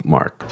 Mark